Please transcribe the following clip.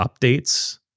updates